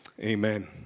Amen